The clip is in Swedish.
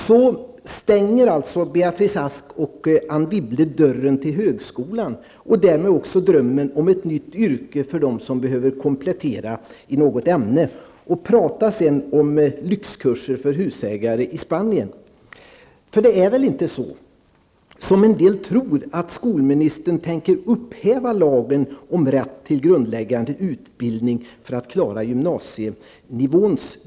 På detta sätt stänger Beatrice Ask och Anne Wibble dörren till högskolan och krossar därmed också drömmen om ett nytt yrke för dem som behöver komplettera något ämne. Tala sedan om lyxkurser för husägare i Spanien! Det är väl inte som en del tror, att skolministern tänker upphäva lagen om rätt till grundläggande utbildning för att klara det som krävs för gymnasienivån?